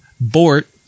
Bort